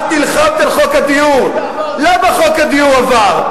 את נלחמת על חוק הדיור, למה חוק הדיור עבר?